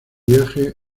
viaje